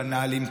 אבל נעלים תמיד,